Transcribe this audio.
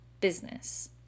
business